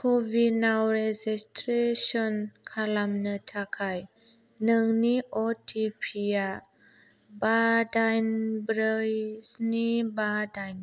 क'विनाव registration खालामनो थाखाय नोंनि अ टि पि आ बा दाइन ब्रै स्नि बा दाइन